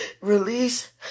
release